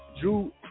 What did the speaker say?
Drew